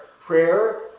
prayer